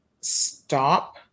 stop